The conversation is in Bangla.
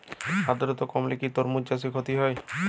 আদ্রর্তা কমলে কি তরমুজ চাষে ক্ষতি হয়?